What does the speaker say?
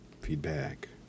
feedback